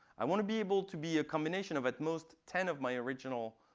i want to be able to be a combination of at most ten of my original